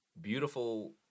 Beautiful